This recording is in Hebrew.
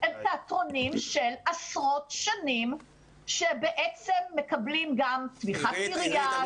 הם תיאטרונים של עשרות שנים שבעצם מקבלים גם את תמיכת עירייה,